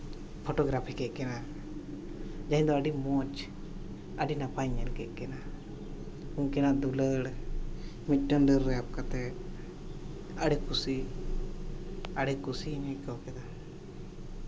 photography ᱠᱮᱫ ᱠᱤᱱᱟᱹ ᱛᱮᱦᱮᱧ ᱫᱚ ᱟᱹᱰᱤ ᱢᱚᱡᱽ ᱟᱹᱰᱤ ᱱᱟᱯᱟᱭᱤᱧ ᱧᱮᱞ ᱠᱮᱫ ᱠᱤᱱᱟ ᱩᱱᱠᱤᱱᱟᱜ ᱫᱩᱞᱟᱹᱲ ᱢᱤᱫᱴᱟᱱ ᱰᱟᱹᱨ ᱨᱮ ᱟᱵ ᱠᱟᱛᱮᱫ ᱟᱹᱰᱤ ᱠᱩᱥᱤ ᱟᱹᱰᱤ ᱠᱩᱥᱤᱧ ᱟᱹᱭᱠᱟᱹᱣ ᱠᱮᱫᱟ